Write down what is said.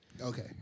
Okay